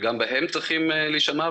שגם בהן צריכים להישמע,